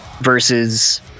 versus